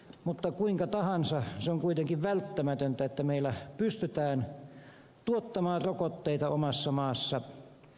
mutta kuinka tahansa se on kuitenkin välttämätöntä että meillä pystytään tuottamaan rokotteita omassa maassa